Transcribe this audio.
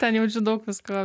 ten jaučiu daug visko